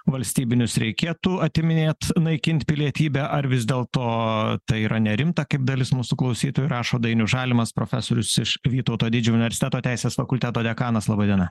valstybinius reikėtų atiminėt naikint pilietybę ar vis dėl to tai yra nerimta kaip dalis mūsų klausytojų rašo dainius žalimas profesorius iš vytauto didžiojo universiteto teisės fakulteto dekanas laba diena